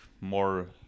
more